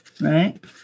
right